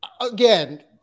Again